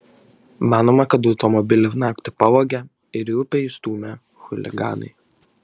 manoma kad automobilį naktį pavogė ir į upę įstūmė chuliganai